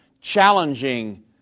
challenging